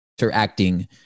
interacting